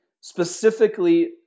specifically